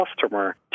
customer